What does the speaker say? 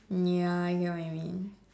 mm ya I get what you mean